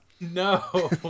No